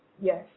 Yes